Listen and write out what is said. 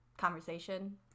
conversation